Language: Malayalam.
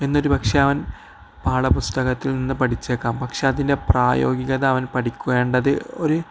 ഒരു പക്ഷേ അവൻ പാഠ പുസ്തകത്തിൽ നിന്ന് പഠിച്ചേക്കാം പക്ഷേ അതിൻ്റെ പ്രായോഗികത അവൻ പഠിക്കേണ്ടത് ഒരു